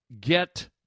get